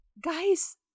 guys